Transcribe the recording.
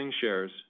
shares